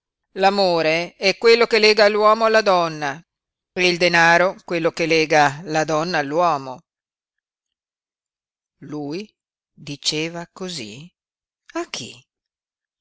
l'amore è quello che lega l'uomo alla donna e il denaro quello che lega la donna all'uomo lui diceva cosí a chi